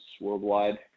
worldwide